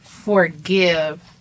forgive